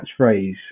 catchphrase